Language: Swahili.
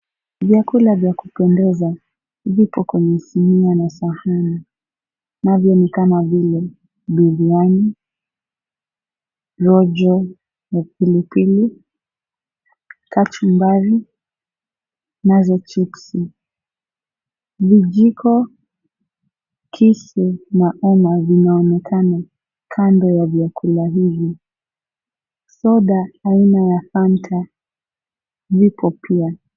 Vyakula vya kupendeza viko kwenye sinia na sahani. Navyo ni kama vile biriani, rojo na pilipili, kachumbari nazo chipsi. Vijiko, kisu, na uma vinaonekana kando ya vyakula hivi. Soda aina ya Fanta vipo pia.